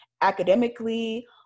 academically